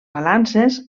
balances